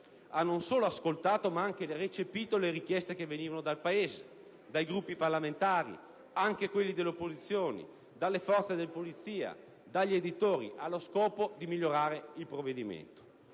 ha non solo ascoltato ma anche recepito le richieste che venivano dal Paese, dai Gruppi parlamentari, anche da quelli delle opposizioni, dalle forze di polizia, dagli editori, allo scopo di migliorare il provvedimento.